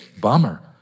Bummer